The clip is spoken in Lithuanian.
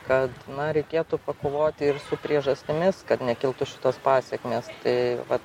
kad na reikėtų pakovoti ir su priežastimis kad nekiltų šitos pasekmės tai vat